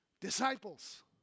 Disciples